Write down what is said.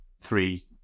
three